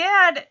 Dad